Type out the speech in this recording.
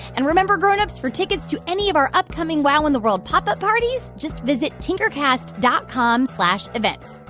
and remember, grown-ups, for tickets to any of our upcoming wow in the world pop up parties, just visit tinkercast dot com slash events.